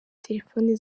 telefone